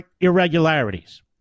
irregularities